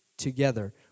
Together